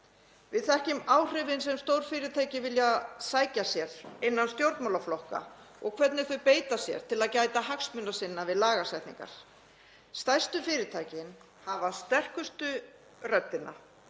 Við þekkjum áhrifin sem stórfyrirtæki vilja sækja sér innan stjórnmálaflokka og hvernig þau beita sér til að gæta hagsmuna sinna við lagasetningar. Stærstu fyrirtækin hafa sterkustu röddina,